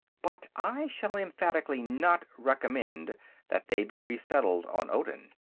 but i shall emphatically not recommend that they be resettled on odin.